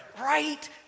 right